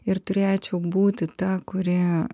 ir turėčiau būti ta kuri